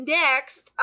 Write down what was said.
next